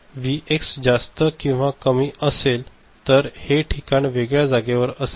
जर व्हीएक्स जास्त किंवा कमी असेल तर हे ठिकाणं वेगळ्या जागेवर असेल